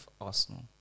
Arsenal